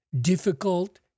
difficult